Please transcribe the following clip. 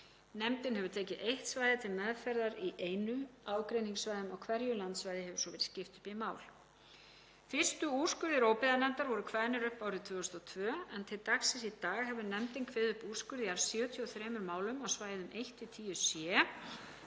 Nefndin hefur tekið eitt svæði til meðferðar í einu og ágreiningssvæðum á hverju landsvæði hefur svo verið skipt upp í mál. Fyrstu úrskurðir óbyggðanefndar voru kveðnir upp árið 2002 en til dagsins í dag hefur nefndin kveðið upp úrskurði í alls 73 málum á svæðum 1–10C,